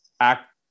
act